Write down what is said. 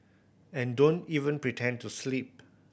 and don't even pretend to sleep